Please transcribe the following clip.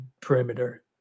perimeter